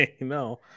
No